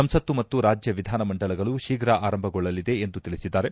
ಸಂಸತ್ತು ಮತ್ತು ರಾಜ್ಯ ವಿಧಾನ ಮಂಡಲಗಳು ಶೀಘ ಆರಂಭಗೊಳ್ಳಲಿದೆ ಎಂದು ತಿಳಿಸಿದ್ದಾರೆ